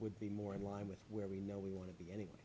would be more in line with where we know we want to be anyway